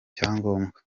cyangombwa